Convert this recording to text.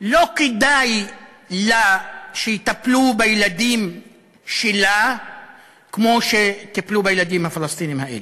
לא כדאי לה שיטפלו בילדים שלה כמו שטיפלו בילדים הפלסטינים האלה.